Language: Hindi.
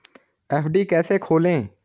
एफ.डी कैसे खोलें?